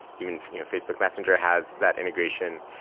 even you know facebook messenger has that integration.